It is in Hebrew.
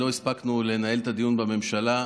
לא הספקנו לנהל את הדיון בממשלה.